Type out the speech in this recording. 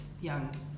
young